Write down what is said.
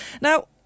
Now